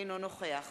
אינו נוכח